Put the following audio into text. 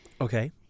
Okay